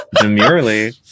demurely